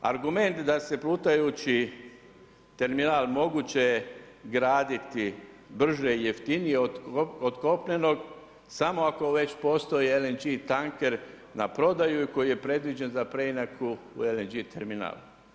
Argument da se plutajući terminal moguće graditi brže i jeftinije od kopnenog samo ako već postoji LNG tanker na prodaju koji je predviđen za preinaku u LNG terminal.